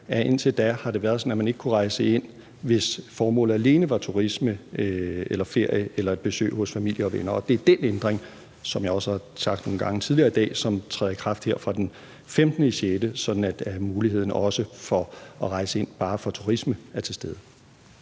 indtil da har det været sådan, at man ikke kunne rejse ind, hvis formålet alene var turisme eller ferie eller et besøg hos familie og venner. Det er den ændring, der – som jeg har sagt nogle gange tidligere i dag – træder i kraft her fra den 15. juni, sådan at muligheden for at rejse ind bare med henblik på turisme er til stede.